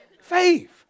faith